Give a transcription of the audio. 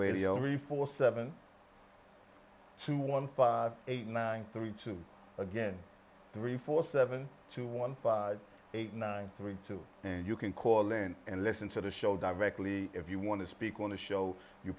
interview for seven to one five eight nine three two again three four seven two one five eight nine three two and you can call in and listen to the show directly if you want to speak on the show you